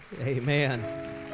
Amen